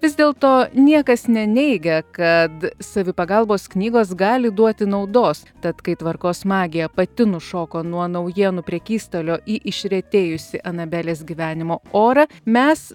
vis dėl to niekas neneigia kad savipagalbos knygos gali duoti naudos tad kai tvarkos magija pati nušoko nuo naujienų prekystalio į išretėjusį anabelės gyvenimo orą mes